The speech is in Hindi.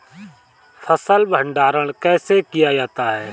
फ़सल भंडारण कैसे किया जाता है?